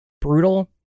brutal